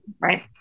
right